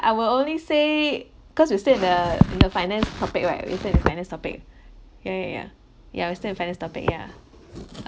I will only say cause we still in the in the finance topic right we still in the finance topic ya ya ya ya we still in finance topic yeah